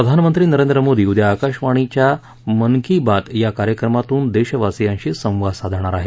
प्रधानमंत्री नरेंद्र मोदी उद्या आकाशवाणीवरच्या मन की बात कार्यक्रमातून देशवासियांशी संवाद साधणार आहेत